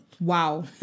Wow